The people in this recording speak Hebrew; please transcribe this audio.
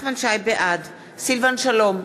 בעד סילבן שלום,